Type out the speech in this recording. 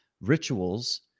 rituals